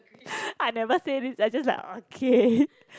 I never say this I just like okay